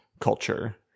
culture